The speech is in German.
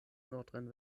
nordrhein